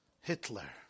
Hitler